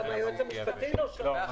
גם היועץ המשפטי לא שמע.